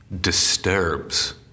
disturbs